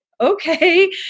okay